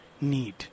need